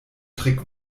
trick